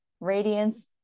radiance